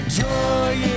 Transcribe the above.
joy